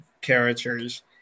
characters